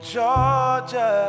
Georgia